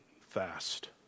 fast